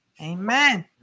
Amen